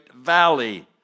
valley